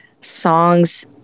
Songs